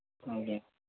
ଆଜ୍ଞା